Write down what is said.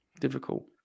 Difficult